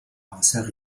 penseurs